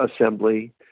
assembly